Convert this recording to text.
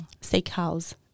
steakhouse